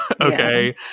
okay